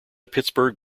pittsburgh